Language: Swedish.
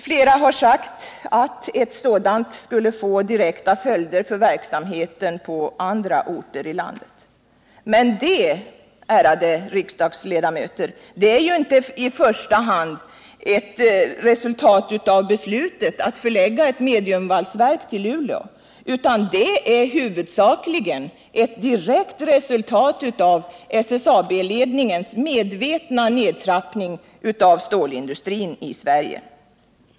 Flera har sagt att ett sådant verk i Luleå skulle få direkta följder för verksamheten på andra orter i landet. Men, ärade riksdagsledamöter, det är ju inte i första hand ett resultat av ett beslut att förlägga mediumvalsverket till Luleå, utan det är huvudsakligen ett direkt resultat av SSAB-ledningens medvetna nedtrappning av stålindustrin i Sverige.